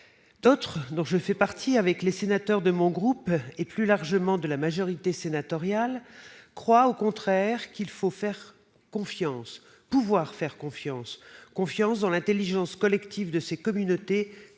D'autres, dont je fais partie, avec les membres de mon groupe et, plus largement, de la majorité sénatoriale, croient au contraire qu'il faut pouvoir avoir confiance dans l'intelligence collective de ces communautés